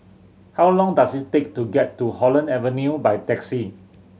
how long does it take to get to Holland Avenue by taxi